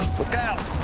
look out!